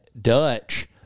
Dutch